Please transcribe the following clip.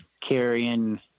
carrying –